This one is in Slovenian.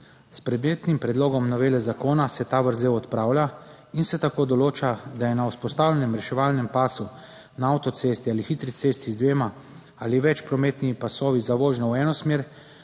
S predmetnim predlogom novele zakona se ta vrzel odpravlja in se tako določa, da je na vzpostavljenem reševalnem pasu na avtocesti ali hitri cesti z dvema ali več prometnimi pasovi za vožnjo v eno smer